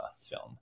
film